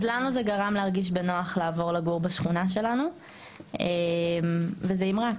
אז לנו זה גרם להרגיש בנוח לעבור לגור בשכונה שלנו וזה אימרה,